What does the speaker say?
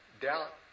doubt